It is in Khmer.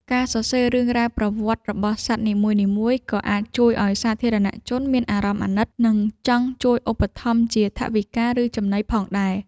ការសរសេររឿងរ៉ាវប្រវត្តិរបស់សត្វនីមួយៗ ក៏អាចជួយឱ្យសាធារណជនមានអារម្មណ៍អាណិត និងចង់ជួយឧបត្ថម្ភជាថវិកា ឬចំណីផងដែរ។